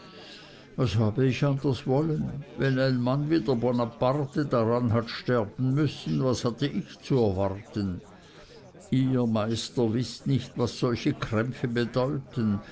was habe ich anders wollen wenn ein mann wie der bonaparte dran hat sterben müssen was hatte ich zu erwarten ihr meister wißt nicht was solche krämpfe bedeuten